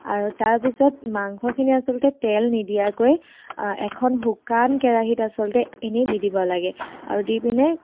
আৰু তাৰপিছত মাংসখিনি আচলতে তেল নিদিয়াকৈ এখন শুকান কেৰাহিত আচলতে এনেই দি দিব লাগে আৰু দি পিনে